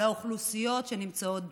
לאוכלוסיות שנמצאות בשטח.